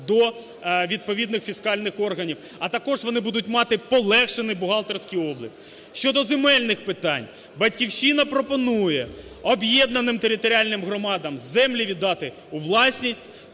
до відповідних фіскальних органів. А також вони будуть мати полегшений бухгалтерський облік. Щодо земельних питань. "Батьківщина пропонує об'єднаним територіальним громадам землі віддати у власність.